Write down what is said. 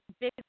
big